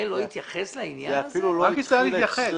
זה אחרי התיקון